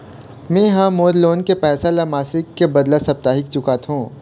में ह मोर लोन के पैसा ला मासिक के बदला साप्ताहिक चुकाथों